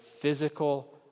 physical